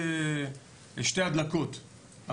שתי הדלקות.